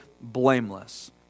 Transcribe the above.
blameless